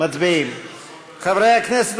רויטל סויד,